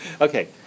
okay